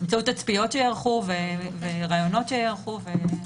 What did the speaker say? באמצעות תצפיות שייערכו וראיונות שייערכו.